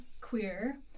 queer